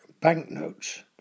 banknotes